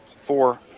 four